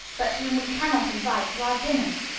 but whom we cannot invite to our dinners.